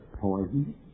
Poison